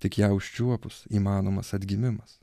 tik ją užčiuopus įmanomas atgimimas